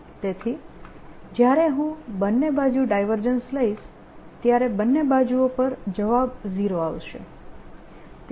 તેથી જ્યારે હું બંને બાજુ ડાયવર્જન્સ લઈશ ત્યારે બંને બાજુઓ પર જવાબ 0 આવશે